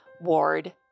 Ward